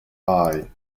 eye